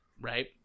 Right